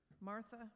Martha